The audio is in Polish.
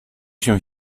się